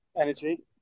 energy